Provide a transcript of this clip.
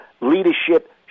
leadership